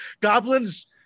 goblins